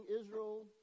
Israel